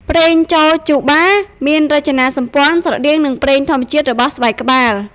ប្រេងចូជូបា មានរចនាសម្ព័ន្ធស្រដៀងនឹងប្រេងធម្មជាតិរបស់ស្បែកក្បាល។